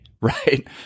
right